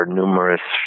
numerous